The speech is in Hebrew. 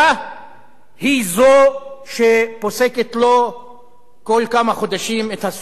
היא זו שפוסקת לו כל כמה חודשים את הסכום האסטרונומי הזה.